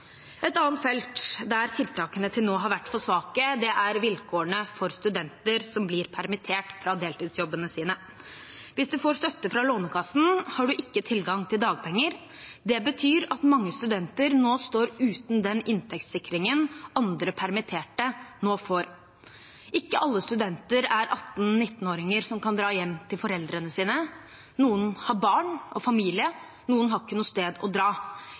Et annet felt der tiltakene til nå har vært for svake, er vilkårene for studenter som blir permittert fra deltidsjobbene sine. Hvis man får støtte fra Lånekassen, har man ikke tilgang til dagpenger. Det betyr at mange studenter nå står uten den inntektssikringen andre permitterte nå får. Ikke alle studenter er 18–19 åringer som kan dra hjem til foreldrene sine. Noen har barn og familie, noen har ikke noe sted å dra.